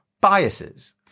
biases